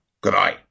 Goodbye